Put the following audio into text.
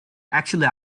actually